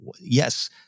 yes